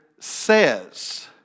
says